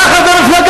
כך זה המפלגה?